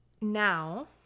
now